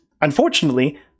unfortunately